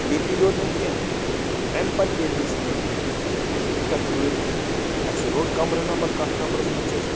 ییٚتی یوت نہٕ کیٚنٛہہ ایٚمۍ پَتہٕ ییلہِ أسۍ وَنہِ ٹِکَٹ رٔٹ اَسہِ روٚٹ کَمرٕ نَمبَر کَتھ نَمبرَس منٛز چھِ اَسہِ